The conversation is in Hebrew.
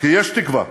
כי יש תקווה,